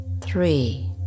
Three